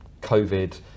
COVID